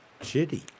shitty